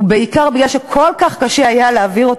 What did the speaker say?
ובעיקר בגלל שכל כך קשה היה להעביר אותו,